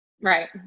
right